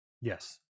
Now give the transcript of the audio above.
Yes